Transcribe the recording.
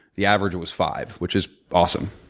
the average was five, which is awesome.